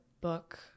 book